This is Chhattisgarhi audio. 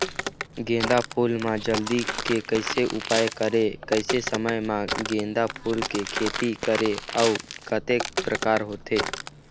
गेंदा फूल मा जल्दी के कैसे उपाय करें कैसे समय मा गेंदा फूल के खेती करें अउ कतेक प्रकार होथे?